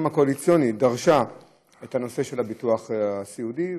הקואליציוני דרשה את הנושא של הביטוח הסיעודי.